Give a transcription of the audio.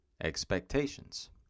expectations